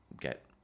get